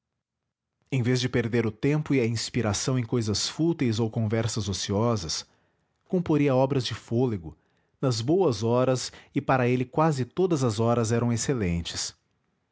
em vez de perder o tempo e a inspiração em cousas fúteis ou conversas ociosas comporia obras de fôlego nas boas horas e para ele quase todas as horas www